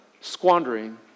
squandering